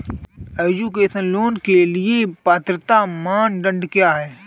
Education loan के लिए पात्रता मानदंड क्या है?